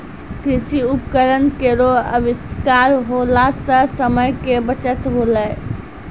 कृषि उपकरण केरो आविष्कार होला सें समय के बचत होलै